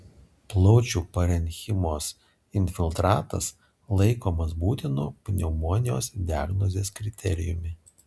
plaučių parenchimos infiltratas laikomas būtinu pneumonijos diagnozės kriterijumi